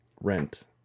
rent